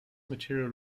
material